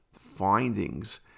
findings